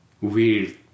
weird